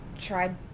tried